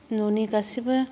न'नि गासैबो